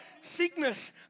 Sickness